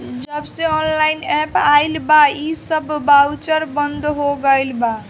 जबसे online app आईल बा इ सब बाउचर बंद हो गईल